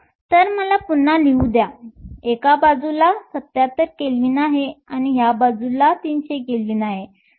तर मला पुन्हा लिहू द्या एका बाजूला 77 केल्विन आहे ह्या बाजूला 300 केल्विन आहे